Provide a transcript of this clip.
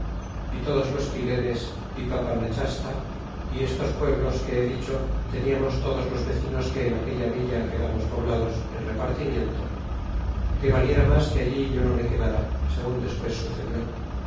é todos los quilenes y p apanachasta y estos pueblos que he dicho teajamos todos los vecinos que en aquella villa quedamos poblados en repartimiento que valiera mas que allí yo no me quedara segun despues sucedió